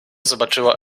zobaczyła